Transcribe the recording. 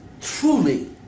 truly